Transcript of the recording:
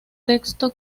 texto